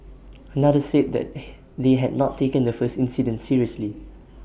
another said that they had not taken the first incident seriously